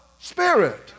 Spirit